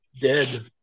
dead